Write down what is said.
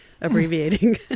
abbreviating